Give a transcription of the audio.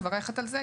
מברכת על זה,